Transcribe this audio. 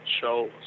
show